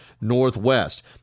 Northwest